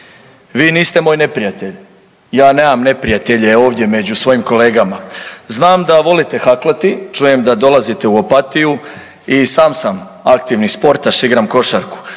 Vi niste moj neprijatelj, ja nemam neprijatelje ovdje među svojim kolegama. Znam da volite haklati, čujem da dolazite u Opatiju i sam sam aktivni sportaš, igram košarku.